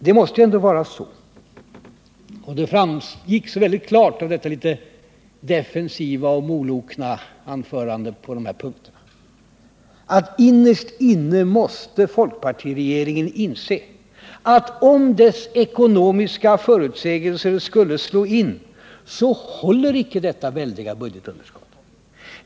Det måste ju ändå vara så — det framgick mycket klart av Ola Ullstens litet defensiva och molokna anförande på den här punkten — att folkpartiregeringen innerst inne inser att om dess ekonomiska förutsägelser skulle slå in, så håller inte detta väldiga budgetunderskott.